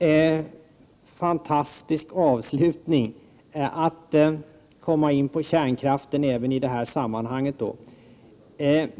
Herr talman! Det var en fantastisk avslutning. Att komma in på kärnkraften även i detta sammanhang.